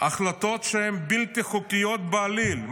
החלטות שהן בלתי חוקיות בעליל.